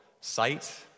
sight